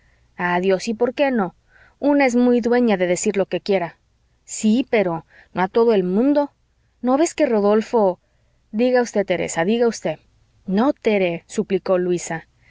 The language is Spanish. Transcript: adiós y por qué no una es muy dueña de decir lo que quiera sí pero no a todo el mundo no ves que rodolfo diga usted teresa diga usted no tere suplicó luisa